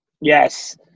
Yes